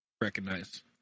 recognize